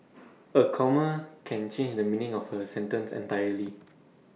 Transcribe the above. A comma can change the meaning of A sentence entirely